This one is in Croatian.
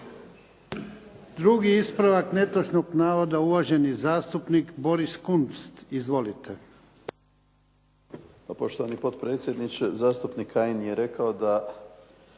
Drugi ispravak netočnog navoda uvaženi zastupnik Boris Kunst. Izvolite.